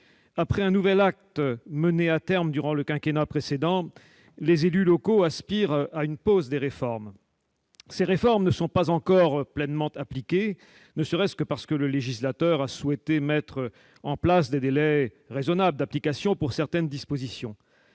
de décentralisation mené à terme durant le quinquennat précédent, les élus locaux aspirent à une pause dans les réformes. Ces réformes ne sont pas encore pleinement appliquées, ne serait-ce que parce que le législateur a souhaité mettre en place des délais raisonnables d'application pour certaines dispositions.